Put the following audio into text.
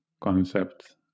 concept